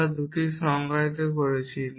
আমরা এখন 2টি সংজ্ঞায়িত করছি